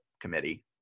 committee